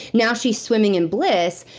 now she's swimming in bliss.